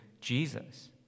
Jesus